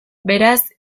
beraz